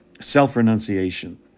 self-renunciation